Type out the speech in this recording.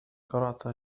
قرأت